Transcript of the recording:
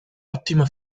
ottima